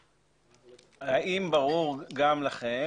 האם ברור גם לכם